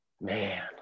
Man